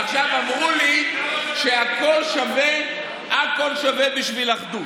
עכשיו, אמרו לי שהכול שווה בשביל אחדות.